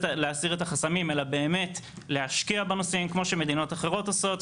החסמים אלא באמת להשקיע בנושאים כמו שמדינות אחרות עושות,